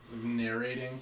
narrating